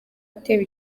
atewe